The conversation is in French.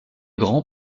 grand